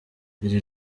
iri